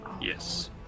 yes